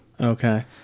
Okay